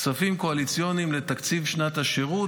כספים קואליציוניים לתקציב שנת השירות.